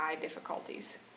difficulties